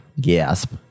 Gasp